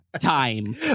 time